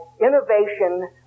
innovation